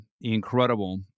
incredible